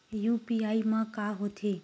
UPI मा का होथे?